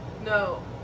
No